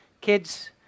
kids